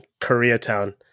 Koreatown